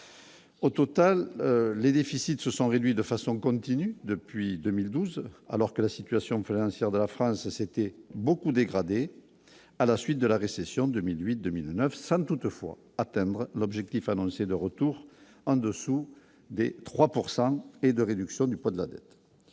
Au total, les déficits se sont réduits de façon continue depuis 2012 alors que la situation, faire de la France s'était beaucoup dégradé à la suite de la récession 2008 2009, sans toutefois atteindre l'objectif annoncé de retour en dessous des 3 pourcent et et de réduction du poids de la dette,